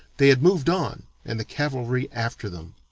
they had moved on and the cavalry after them.